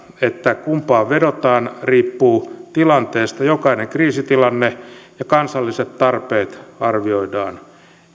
että se kumpaan vedotaan riippuu tilanteesta jokainen kriisitilanne ja kansalliset tarpeet arvioidaan